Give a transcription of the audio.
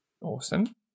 Awesome